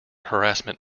harassment